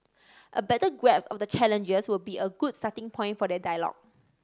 a better grasp of the challenges will be a good starting point for that dialogue